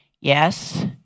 yes